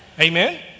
Amen